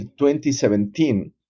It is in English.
2017